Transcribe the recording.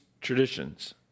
traditions